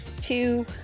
two